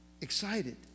Excited